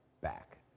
back